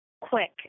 quick